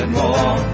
more